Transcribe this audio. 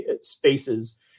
spaces